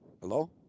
Hello